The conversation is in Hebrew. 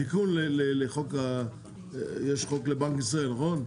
תיקון לחוק יש חוק לבנק ישראל, נכון?